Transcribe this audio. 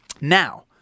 now